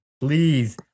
please